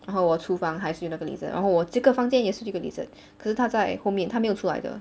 然后我厨房还是有一个 lizard 然后我这个房间也是有一个 lizard 可是它在后面它没有出来的